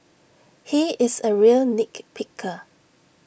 he is A real nit picker